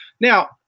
Now